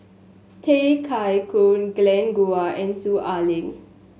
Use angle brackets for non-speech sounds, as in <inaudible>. Tay <unintelligible> Koi Glen Goei and Soon Ai Ling